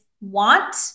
want